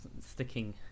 sticking